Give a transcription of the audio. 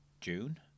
June